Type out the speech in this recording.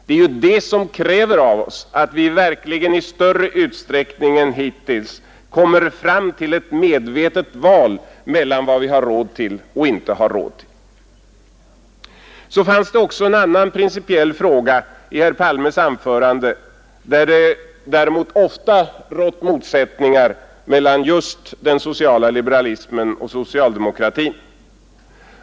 Det är ju det som kräver av oss att vi verkligen i större utsträckning än hittills kommer fram till ett medvetet val mellan vad vi har råd till och vad vi inte har råd till. Det fanns också en annan principiell fråga i herr Palmes anförande, en fråga där det däremot ofta rått motsättningar mellan just den sociala liberalismen och socialdemokratin.